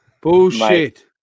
Bullshit